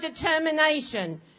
determination